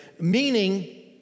meaning